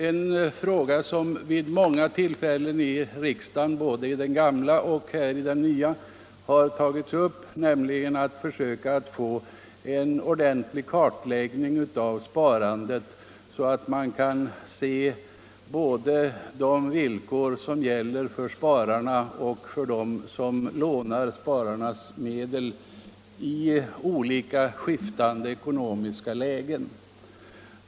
En fråga som har tagits upp många gånger både i den gamla riksdagen och här i den nya är att försöka göra en ordentlig kartläggning av sparandet, så att man vet vilka de villkor är som gäller både för spararna och för dem som lånar spararnas pengar i skiftande ekonomiska lägen.